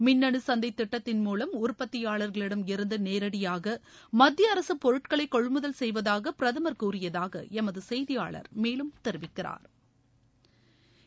மின்னு சந்தை திட்டத்தின் மூலம் உற்பத்தியாளர்களிடமிருந்து நேரடியாக மத்திய அரசு பொருட்களை கொள்முதல் செய்வதாக பிரதமா் கூறியதாக எமது செய்தியாளா் மேலும் தெரிவிக்கிறாா்